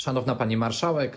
Szanowna Pani Marszałek!